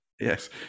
yes